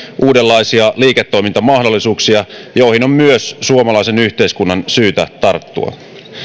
uudenlaisia liiketoimintamahdollisuuksia joihin on myös suomalaisen yhteiskunnan syytä tarttua